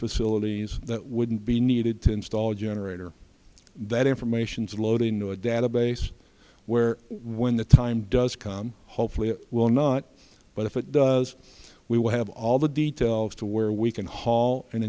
facilities that wouldn't be needed to install a generator that information's loaded into a database where when the time does come hopefully it will not but if it does we will have all the details to where we can haul and